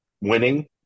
winning